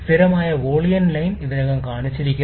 സ്ഥിരമായ volume line ഇതിനകം കാണിച്ചിരിക്കുന്നു